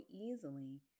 easily